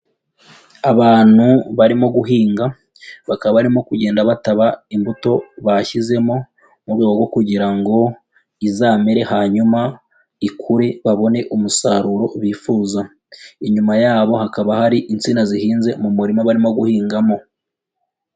Abantu barimo guhinga bakaba barimo kugenda bataba imbuto bashyizemo, mu rwego rwo kugira ngo izamere hanyuma ikure babone umusaruro bifuza, inyuma yabo hakaba hari insina zihinze mu murima barimo guhingamo.